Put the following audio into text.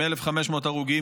עם 1,500 הרוגים,